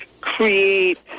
create